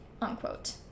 unquote